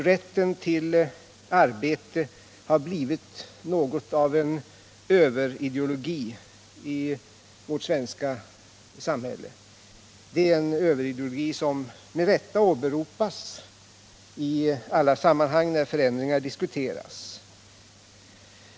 Rätten till arbete har blivit något av en överideologi i vårt svenska samhälle. Det är en överideologi som med rätta åberopas i alla sammanhang där förändringar diskuteras.